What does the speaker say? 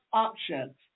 options